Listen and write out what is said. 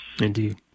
Indeed